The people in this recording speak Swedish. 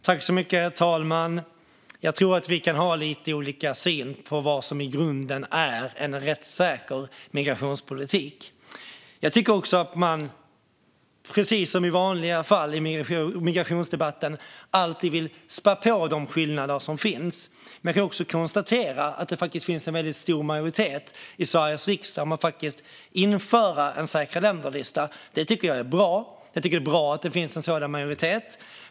Herr talman! Jag tror att jag och Arin Karapet kan ha lite olika syn på vad som är en i grunden rättssäker migrationspolitik. Jag tycker att man, precis som alltid i migrationsdebatten, vill spä på de skillnader som finns. Men jag konstaterar också att det faktiskt finns en stor majoritet i Sveriges riksdag för att införa en säkra länder-lista. Det är bra att det finns en sådan majoritet.